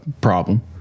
problem